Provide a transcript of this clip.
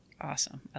awesome